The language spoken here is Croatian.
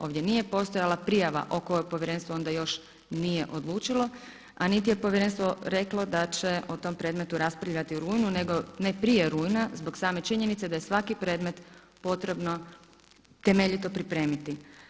Ovdje nije postojala prijava o kojoj povjerenstvo onda još nije odlučilo, a niti je povjerenstvo reklo da će o tom predmetu raspravljati u rujnu nego ne prije rujna zbog same činjenice da je svaki predmet potrebno temeljito pripremiti.